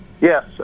Yes